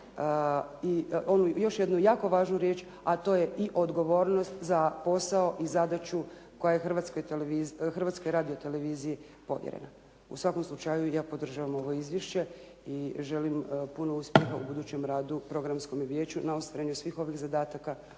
i još jednu onu jako važnu riječ, a to je i odgovornost za posao i zadaću koja je Hrvatskoj radioteleviziji povjerena. U svakom slučaju, ja podržavam ovo izvješće i želim puno uspjeha u budućem radu Programskom vijeću na ostvarenju svih ovih zadataka